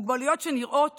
מוגבלויות שנראות